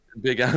big